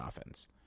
offense